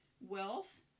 wealth